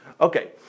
Okay